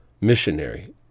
missionary